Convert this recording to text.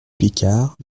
picard